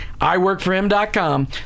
IWorkForHim.com